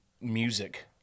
music